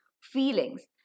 feelings